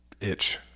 itch